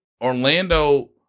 Orlando